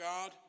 God